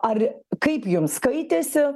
ar kaip jums skaitėsi